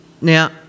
Now